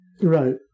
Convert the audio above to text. Right